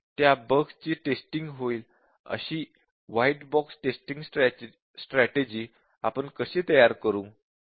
त्या बग्स ची टेस्टिंग होईल अशी व्हाईट बॉक्स टेस्टिंग स्ट्रॅटेजि आपण कशी तयार करू